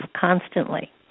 constantly